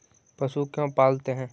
पशु क्यों पालते हैं?